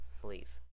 please